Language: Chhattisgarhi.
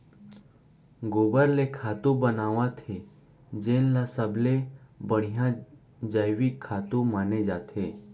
गोबर ले खातू बनावत हे जेन ल सबले बड़िहा जइविक खातू माने जाथे